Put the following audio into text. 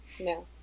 No